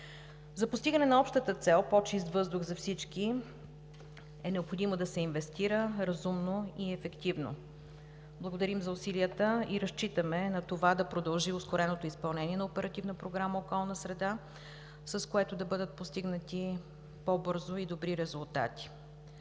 За постигане на общата цел – по-чист въздух за всички, е необходимо да се инвестира разумно и ефективно. Благодарим за усилията и разчитаме на това да продължи ускореното изпълнение на Оперативна програма „Околна среда“, с което да бъдат постигнати по-бързо и добри резултати.